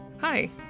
Hi